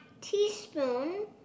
teaspoon